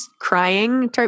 crying